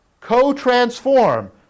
co-transform